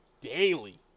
daily